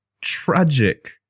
tragic